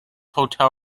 hotel